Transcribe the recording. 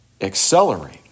accelerate